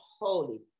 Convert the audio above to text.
holy